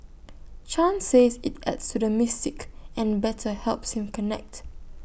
chan says IT adds to the mystique and better helps him connect